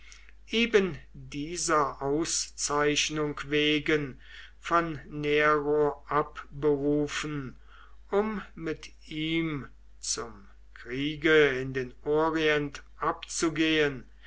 eben dieser auszeichnung wegen von nero abberufen um mit ihm zum kriege in den orient abzugehen